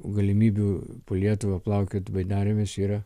galimybių po lietuvą plaukiot baidarėmis yra